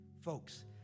folks